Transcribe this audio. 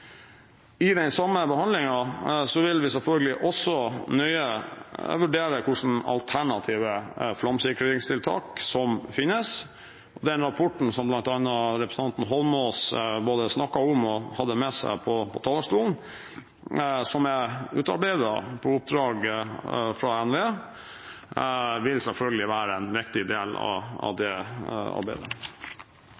I den samme behandlingen vil vi selvfølgelig også nøye vurdere hvilke alternative flomsikringstiltak som finnes, og den rapporten som bl.a. representanten Eidsvoll Holmås både snakket om og hadde med seg på talerstolen, som er utarbeidet på oppdrag fra NVE, vil selvfølgelig være en viktig del av